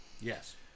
Yes